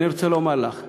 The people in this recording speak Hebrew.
אני רוצה לומר לך,